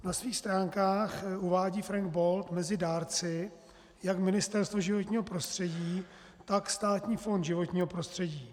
Na svých stránkách uvádí Frank Bold mezi dárci jak Ministerstvo životního prostředí, tak Státní fond životního prostředí.